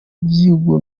bw’igihugu